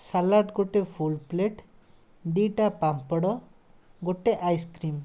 salad ଗୋଟେ full plate ଦୁଇଟା ପାମ୍ପଡ଼ ଗୋଟେ ଆଇସ୍କ୍ରିମ୍